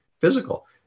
physical